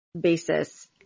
basis